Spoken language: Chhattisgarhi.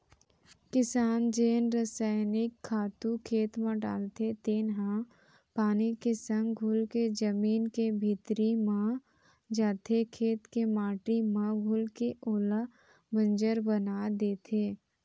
किसान जेन रसइनिक खातू खेत म डालथे तेन ह पानी के संग घुलके जमीन के भीतरी म जाथे, खेत के माटी म घुलके ओला बंजर बना देथे